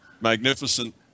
magnificent